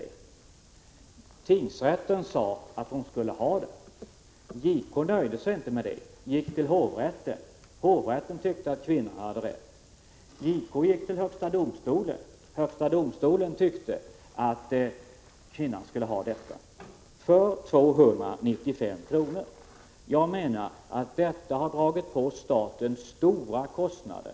Tingsrätten sade att hon skulle ha dessa pengar, men JK nöjde sig inte med utslaget utan gick till hovrätten, som tyckte att kvinnan hade rätt. JK gick då vidare till högsta domstolen, som också tyckte att kvinnan skulle ha pengarna. Allt detta gällde 295 kr. Jag menar att detta har dragit på staten stora kostnader.